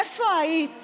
איפה היית